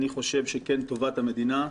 אני חושב שכן טובת המדינה,